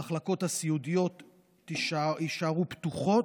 המחלקות הסיעודיות יישארו פתוחות,